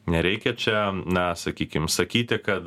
nereikia čia na sakykim sakyti kad